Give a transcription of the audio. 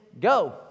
go